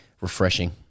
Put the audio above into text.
refreshing